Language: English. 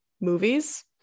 movies